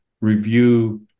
review